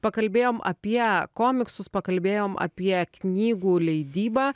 pakalbėjom apie komiksus pakalbėjom apie knygų leidybą